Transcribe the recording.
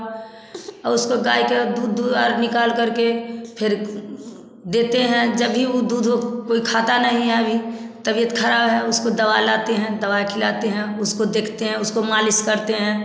आ उसको गाय के दूध दु और निकाल करके फेर देते हैं जब भी वह दूध कोई खाता नहीं है अभी तबीयत खराब है उसको दवा लाते हैं दवाई खिलाते हैं उसको देखते हैं उसको मालिश करते हैं